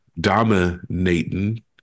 Dominating